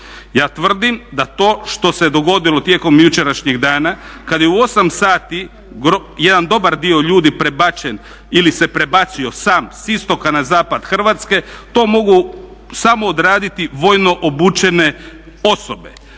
Ja tvrdim da to što se dogodilo tijekom jučerašnjeg dana kad je u 8 sati jedan dobar dio ljudi prebačen ili se prebacio sam s istoka na zapad Hrvatske to mogu samo odraditi vojno obučene osobe.